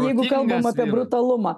jeigu kalbam apie brutalumą